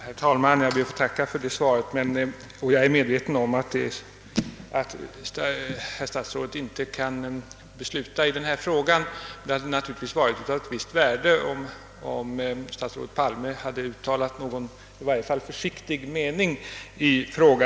Herr talman! Jag ber att få tacka för det senaste svaret. Jag är medveten om att herr statsrådet inte kan besluta i denna sak, men det hade naturligtvis varit av ett visst värde om statsrådet Palme uttalat åtminstone en försiktig mening därom.